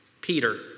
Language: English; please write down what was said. Peter